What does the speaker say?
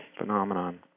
phenomenon